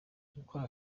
gukora